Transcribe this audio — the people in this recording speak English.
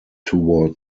toward